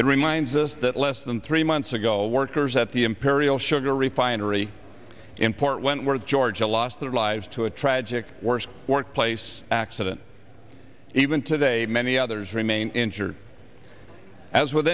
it reminds us that less than three months ago workers at the imperial sugar refinery in port wentworth georgia lost their lives to a tragic worst workplace accident even today many others remain injured as with